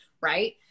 Right